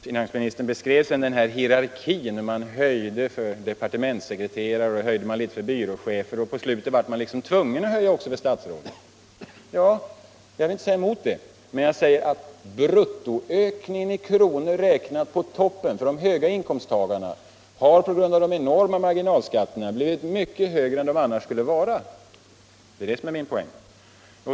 Sedan beskrev statsministern den rådande hierarkin och sade att man höjer för departementssekreterare, byråchefer osv., och slutligen är man tvungen att höja lönerna också för statsråden. Ja, jag vill inte säga emot det. Men jag säger att bruttoökningen i kronor räknat på toppen, alltså för de höga inkomsttagarna, har på grund av de enorma marginalskatterna blivit mycket större än de annars skulle vara. Det är det som är min poäng.